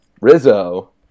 Rizzo